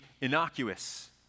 innocuous